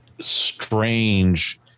strange